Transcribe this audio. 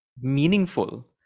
meaningful